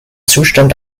zustand